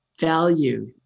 value